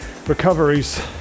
recoveries